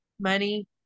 money